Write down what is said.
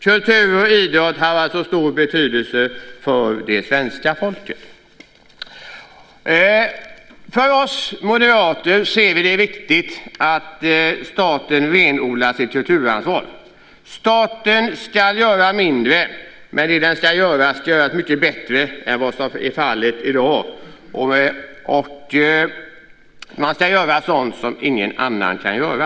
Kultur och idrott har alltså stor betydelse för det svenska folket. Vi moderater anser att det är viktigt att staten renodlar sitt kulturansvar. Staten ska göra mindre, men det som staten ska göra ska göras mycket bättre än vad som är fallet i dag. Och man ska göra sådant som ingen annan kan göra.